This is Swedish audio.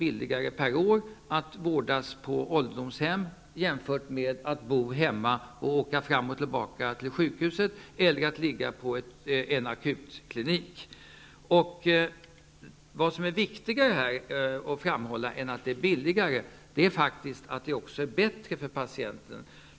billigare per år att vårdas på ålderdomshem jämfört med att bo hemma och åka fram och tillbaka till sjukhuset eller ligga på en akutklinik. Viktigare än att det är billigare är att det faktiskt också är bättre för patienten.